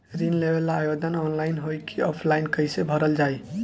ऋण लेवेला आवेदन ऑनलाइन होई की ऑफलाइन कइसे भरल जाई?